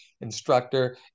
instructor